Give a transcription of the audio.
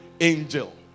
Angel